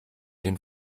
den